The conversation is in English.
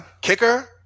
kicker